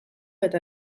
eta